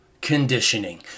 conditioning